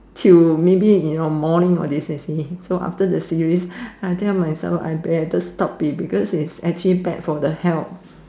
till maybe you know morning all this you see so after the series I tell myself I better stop it because is actually bad for the health